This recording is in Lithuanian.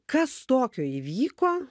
kas tokio įvyko